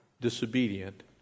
disobedient